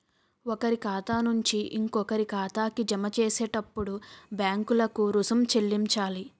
ఒకరి ఖాతా నుంచి ఇంకొకరి ఖాతాకి జమ చేసేటప్పుడు బ్యాంకులకు రుసుం చెల్లించాలి